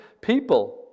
people